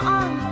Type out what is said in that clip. on